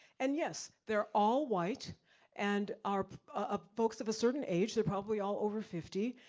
and yes, they're all white and are ah folks of a certain age, they're probably all over fifty,